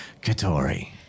Katori